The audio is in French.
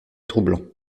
troublants